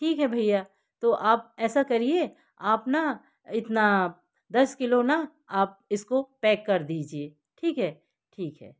ठीक है भईया तो आप ऐसा करिए आप ना इतना दस किलो ना आप इसको पैक कर दीजिए ठीक है ठीक है